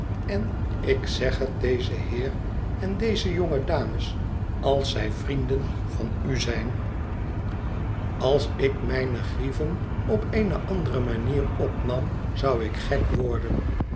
en ik zeg het dezen heer en deze jonge dames als zij vrienden van u zijn als ik mijne grieven op eene andere manier opnam zou ik gek worden